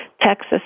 Texas